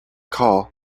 call